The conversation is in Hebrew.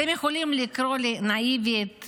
אתם יכולים לקרוא לי נאיבית,